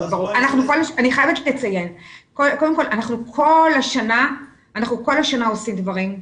אני חייבת לציין שכל השנה אנחנו עושים דברים.